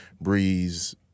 Breeze